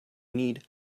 need